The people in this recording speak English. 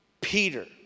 Peter